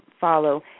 follow